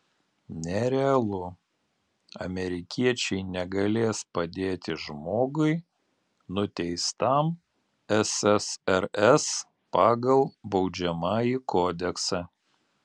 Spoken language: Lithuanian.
nerealu amerikiečiai negalės padėti žmogui nuteistam ssrs pagal baudžiamąjį kodeksą